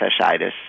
fasciitis